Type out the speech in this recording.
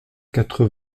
quatre